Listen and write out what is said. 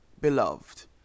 Beloved